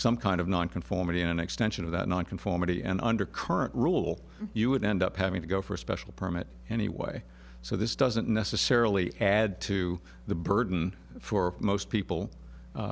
some kind of non conformity in an extension of that non conformity and under current rule you would end up having to go for a special permit anyway so this doesn't necessarily add to the burden for most people